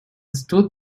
stood